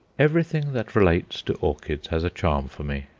everything that relates to orchids has a charm for me,